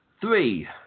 three